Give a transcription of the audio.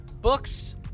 books